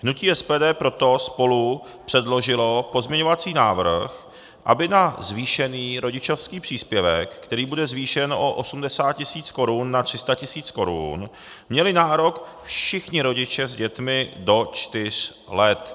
Hnutí SPD proto spolupředložilo pozměňovací návrh, aby na zvýšený rodičovský příspěvek, který bude zvýšen o 80 tisíc korun na 300 tisíc korun, měli nárok všichni rodiče s dětmi do čtyř let.